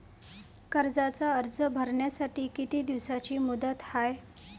कर्जाचा अर्ज भरासाठी किती दिसाची मुदत हाय?